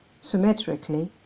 symmetrically